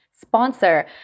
sponsor